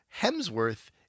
Hemsworth